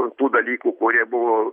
tų dalykų kurie buvo